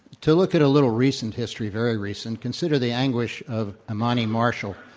to look at a little recent history, very recent, consider the anguish of amani marshall.